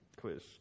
quiz